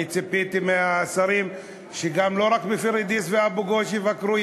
ציפיתי מהשרים שלא רק בפוריידיס ובאבו-גוש יבקרו,